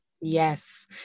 Yes